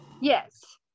Yes